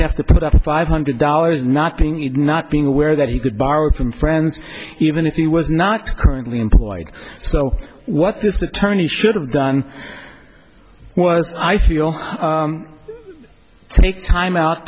have to put up a five hundred dollars not being in not being aware that he could borrow it from friends even if he was not currently employed so what this attorney should have done was i feel take time out